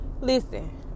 Listen